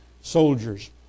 soldiers